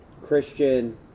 Christian